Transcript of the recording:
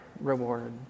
reward